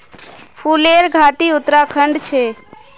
फूलेर घाटी उत्तराखंडत छे